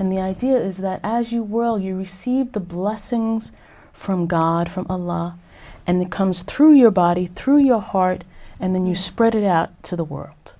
and the idea is that as you were you receive the blessings from god from the law and that comes through your body through your heart and then you spread it out to the world